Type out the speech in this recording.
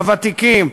לוותיקים,